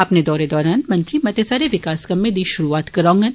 अपने दौरै दौरान मंत्री मते सारे विकास कम्में दी श्रुआत करोआंगन